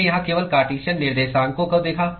हमने यहाँ केवल कार्टीश़न निर्देशांकों को देखा